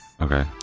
Okay